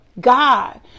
God